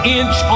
inch